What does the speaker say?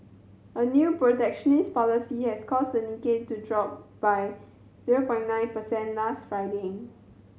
a new protectionist policy has caused the Nikkei to drop by zero point nine percent last Friday